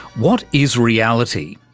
what is reality?